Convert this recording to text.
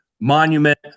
Monument